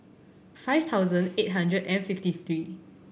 five thousand eight hundred and fifty three